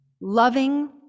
loving